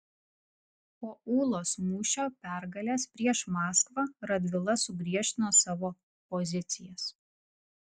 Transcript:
po ūlos mūšio pergalės prieš maskvą radvila sugriežtino savo pozicijas